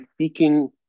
seeking